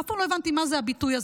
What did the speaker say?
אף פעם לא הבנתי מה זה הביטוי הזה,